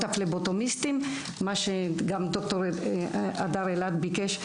הפבלוטומיסטים גם מה שד"ר הדר אלעד ביקש.